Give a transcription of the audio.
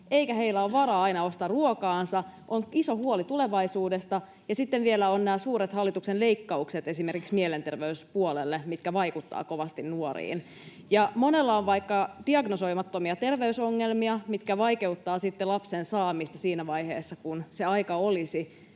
eikä heillä ole varaa aina ostaa ruokaansa, on iso huoli tulevaisuudesta, ja sitten vielä ovat nämä suuret hallituksen leikkaukset, esimerkiksi mielenterveyspuolelle, mitkä vaikuttavat kovasti nuoriin, ja monella on vaikkapa diagnosoimattomia terveysongelmia, mitkä vaikeuttavat sitten lapsen saamista siinä vaiheessa, kun sen aika olisi.